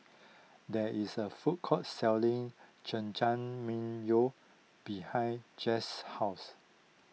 there is a food court selling Jajangmyeon behind Jesse's house